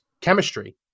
chemistry